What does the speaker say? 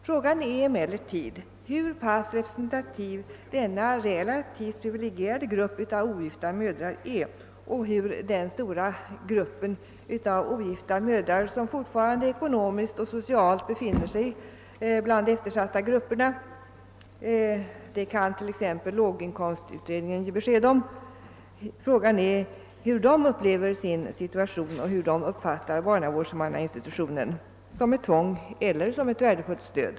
Frågan är emellertid hur pass representativ denna relativt privilegierade grupp av ogifta mödrar är och hur många ogifta mödrar som fortfarande ekonomiskt och socialt befinner sig bland de eftersatta grupperna. Därom kan t.ex. låginkomstutredningen ge besked. Frågan är hur dessa ogifta mödrar upplever sin situation och hur de uppfattar barnavårdsinstitutionen — som ett tvång eller som ett värdefullt stöd.